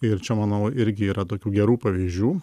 ir čia manau irgi yra tokių gerų pavyzdžių